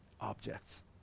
objects